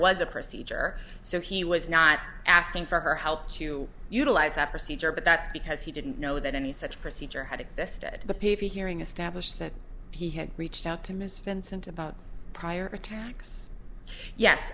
was a procedure so he was not asking for her help to utilize that procedure but that's because he didn't know that any such procedure had existed the pv hearing established that he had reached out to miss vincent about prior attacks yes